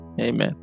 Amen